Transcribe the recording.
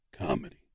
Comedy